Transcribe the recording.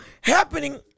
happening